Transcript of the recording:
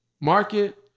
market